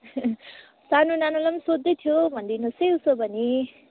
सानो नानालाई पनि सोध्दैथियो भनिदिनु होस् है उसो भने